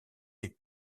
les